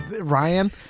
Ryan